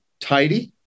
tidy